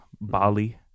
Bali